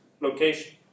location